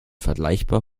vergleichbar